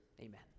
Amen